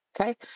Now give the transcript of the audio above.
Okay